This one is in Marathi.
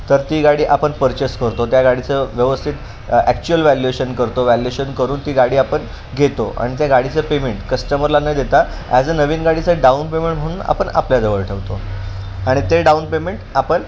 तर ती गाडी आपण परचेस करतो त्या गाडीचं व्यवस्थित ॲक्चुअल वॅल्युएशन करतो वॅल्युएशन करून ती गाडी आपण घेतो आणि त्या गाडीचं पेमेंट कस्टमरला न देता ॲज अ नवीन गाडीचं डाऊन पेमेंट म्हणून आपण आपल्याजवळ ठेवतो आणि ते डाउन पेमेंट आपण